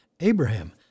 Abraham